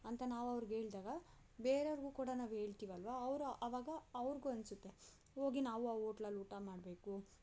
ಅಂತ ನಾವು ಅವ್ರ್ಗೆ ಹೇಳ್ದಾಗ ಬೇರೆರ್ಗೂ ಕೂಡ ನಾವು ಹೇಳ್ತಿವಲ್ವಾ ಅವರು ಆವಾಗ ಅವ್ರಿಗೂ ಅನಿಸುತ್ತೆ ಹೋಗಿ ನಾವು ಆ ಹೋಟ್ಲಲ್ಲಿ ಊಟ ಮಾಡಬೇಕು